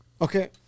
Okay